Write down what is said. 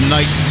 Night